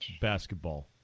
basketball